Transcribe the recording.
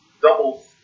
doubles